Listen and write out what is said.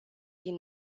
din